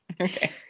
Okay